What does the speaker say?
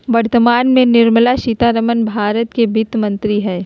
वर्तमान में निर्मला सीतारमण भारत के वित्त मंत्री हइ